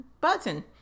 button